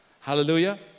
Hallelujah